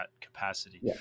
capacity